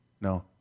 No